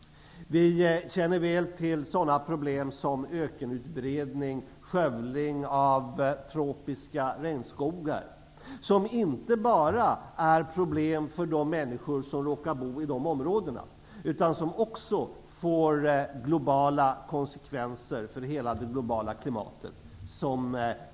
Vi känner väl till problem som ökenutbredning och skövling av tropiska regnskogar. Det är inte bara ett problem för de människor som råkar bo i dessa områden. Det får också konsekvenser som vi i dag inte kan överblicka för hela det globala klimatet.